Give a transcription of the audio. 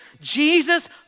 Jesus